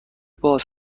باز